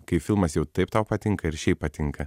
kai filmas jau taip tau patinka ir šiaip patinka